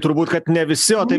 turbūt kad ne visi o tai